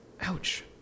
Ouch